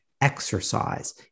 exercise